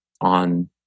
on